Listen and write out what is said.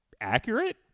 accurate